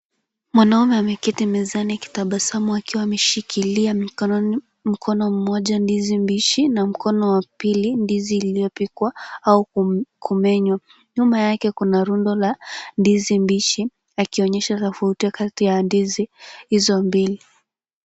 Mwanaume ameketi mezani akitabasamu akiwa ameshikilia mkono mmoja ndizi mbichi na mkono wa pili ndizi iliyopikwa au kumenywa. Nyuma yake kuna rundo la ndizi mbichi, yakionyesha tofauti kati ya ndizi hizo mbili.